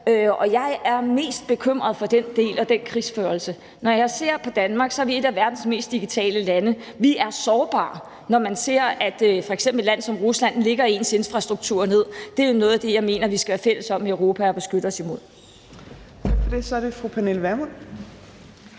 og jeg er mest bekymret for den del og den krigsførelse. Når jeg ser på Danmark, er vi et af verdens mest digitaliserede lande – vi er sårbare. Når man ser, hvordan f.eks. et land som Rusland lægger ens infrastruktur ned, så er det noget af det, jeg mener vi skal være fælles om at beskytte os imod i Europa. Kl.